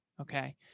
Okay